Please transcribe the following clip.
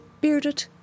bearded